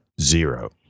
Zero